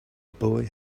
boy